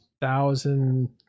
thousand